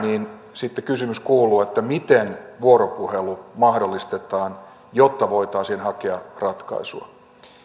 sitten kysymys kuuluu miten vuoropuhelu mahdollistetaan jotta voitaisiin hakea ratkaisua